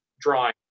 drawing